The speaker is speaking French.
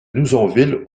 nouzonville